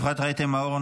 אפרת רייטן מרום,